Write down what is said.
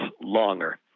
longer